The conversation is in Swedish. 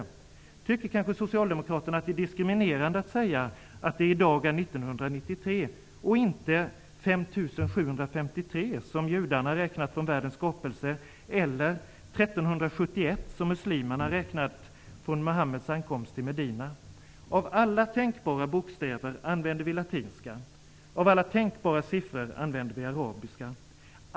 Tycker kanske Socialdemokraterna att det är diskriminerande att säga att det i dag är 1993 och inte 5753, som judarna, räknat från världens skapelse, eller 1371, som muslimerna, räknat från Muhammeds ankomst till Medina? Av alla tänkbara bokstäver använder vi latinska, och av alla tänkbara siffror använder vi arabiska.